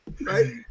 Right